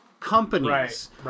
companies